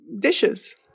dishes